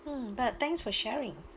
hmm but thanks for sharing